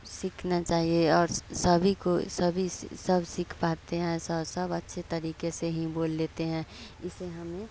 सीखना चाहिए और सभी को सभी सि सब सीख पाते हैं स सब अच्छे तरीक़े से ही बोल लेते हैं इसे हमें